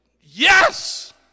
Yes